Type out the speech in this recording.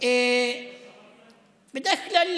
בדרך כלל,